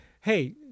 hey